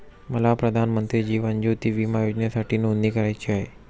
मला प्रधानमंत्री जीवन ज्योती विमा योजनेसाठी नोंदणी करायची आहे